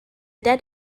dead